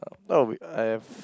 oh I have